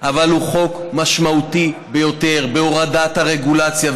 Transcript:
אבל הוא חוק משמעותי ביותר בהורדת הרגולציה,